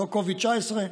לא COVID-19,